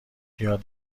بیاد